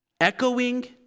echoing